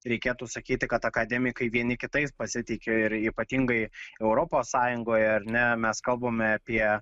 reikėtų sakyti kad akademikai vieni kitais pasitiki ir ypatingai europos sąjungoje ar ne mes kalbame apie